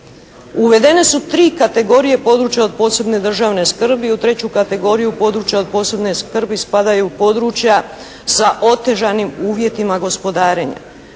Uvedene su tri kategorije područja od posebne državne skrbi. U treću kategoriju područja posebne državne skrbi spadaju područja sa otežanim uvjetima gospodarenja.